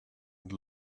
and